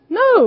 no